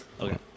Okay